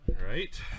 Right